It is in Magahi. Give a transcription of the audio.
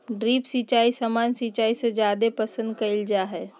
ड्रिप सिंचाई सामान्य सिंचाई से जादे पसंद कईल जा हई